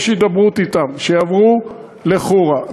יש הידברות אתם שיעברו לחורה,